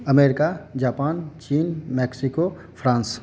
America Japan चीन Mexico France